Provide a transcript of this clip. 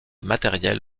matérielle